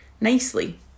nicely